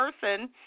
person